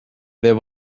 there